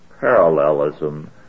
Parallelism